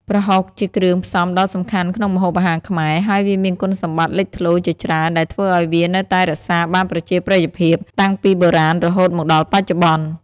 ប្រហុក ជាគ្រឿងផ្សំដ៏សំខាន់ក្នុងម្ហូបអាហារខ្មែរ ហើយវាមានគុណសម្បត្តិលេចធ្លោជាច្រើនដែលធ្វើឱ្យវានៅតែរក្សាបានប្រជាប្រិយភាពតាំងពីបុរាណរហូតមកដល់បច្ចុប្បន្ន។